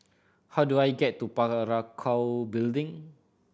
how do I get to Building